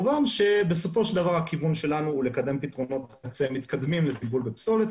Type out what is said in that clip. בסופו של דבר הכיוון שלנו הוא לקדם פתרונות מתקדמים לטיפול בפסולת,